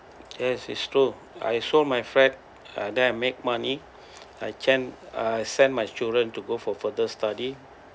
yes is true I sold my flat uh then I make money I can uh send my children to go for further study